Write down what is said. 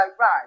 right